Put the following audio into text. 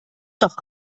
doch